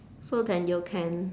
so then you can